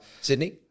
Sydney